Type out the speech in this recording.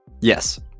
Yes